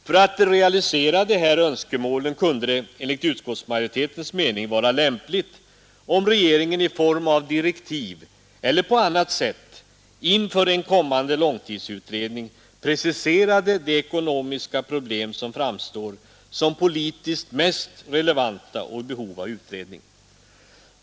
För att realisera de här önskemålen kunde det enligt utskottsmajoritetens mening vara lämpligt, om regeringen i form av direktiv eller på annat sätt inför en kommande långtidsutredning presenterade de ekonomiska problem som framstår som politiskt mest relevanta och i behov av utredning.